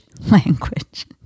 language